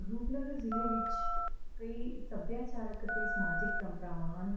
ਰੂਪਨਗਰ ਜ਼ਿਲ੍ਹੇ ਵਿੱਚ ਕਈ ਸੱਭਿਆਚਾਰਕ ਅਤੇ ਸਮਾਜਿਕ ਪਰੰਪਰਾਵਾਂ ਹਨ